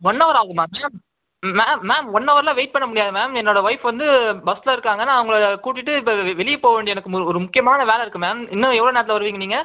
one hour ஆகுமா ma'am ma'am ma'am ஒன்னவர்லாம் wait பண்ண முடியாது மேம் என்னோட ஒய்ஃப் வந்து பஸ்ல இருக்காங்க நான் அவங்கள கூட்டிட்டு இப்போ வெ வெளிய போக வேண்டிய எனக்கு மொ ஒரு முக்கியமா வேலை இருக்குது மேம் இன்னும் எவ்வளோ நேரத்தில் வருவீங்கள் நீங்கள்